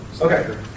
Okay